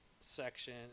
section